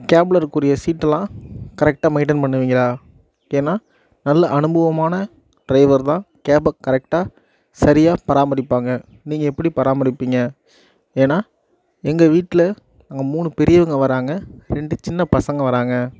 கேபில் இருக்க கூடிய சீட்டெல்லாம் கரெக்ட்டாக மெயின்டன் பண்ணுவீங்களா ஏன்னா நல்ல அனுபவமான ட்ரைவர் தான் கேப்பை கரெக்டாக சரியாக பராமரிப்பாங்க நீங்கள் எப்படி பராமரிப்பிங்க ஏன்னா எங்கள் வீட்டில் நாங்கள் மூணு பெரியவங்க வராங்க ரெண்டு சின்ன பசங்க வராங்க